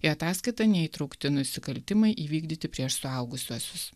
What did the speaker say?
į ataskaitą neįtraukti nusikaltimai įvykdyti prieš suaugusiuosius